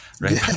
Right